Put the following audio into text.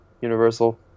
Universal